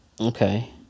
Okay